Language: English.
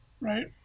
right